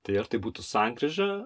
tai ar tai būtų sankryža